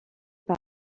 par